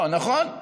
לא, נכון?